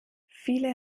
viele